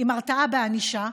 עם הרתעה בענישה,